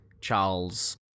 Charles